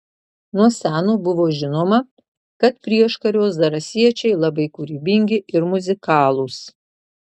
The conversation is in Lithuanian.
nuo seno buvo žinoma kad prieškario zarasiečiai labai kūrybingi ir muzikalūs